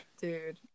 Dude